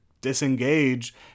disengage